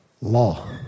law